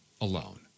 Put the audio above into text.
alone